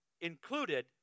included